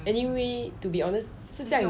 any way to be honest 是这样